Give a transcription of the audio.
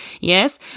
Yes